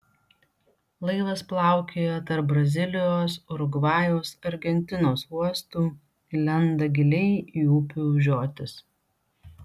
laivas plaukioja tarp brazilijos urugvajaus argentinos uostų lenda giliai į upių žiotis